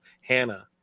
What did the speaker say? Hannah